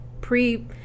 pre